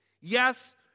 Yes